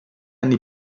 anni